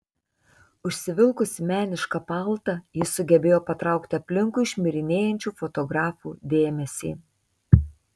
užsivilkusi menišką paltą ji sugebėjo patraukti aplinkui šmirinėjančių fotografų dėmesį